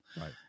Right